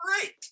great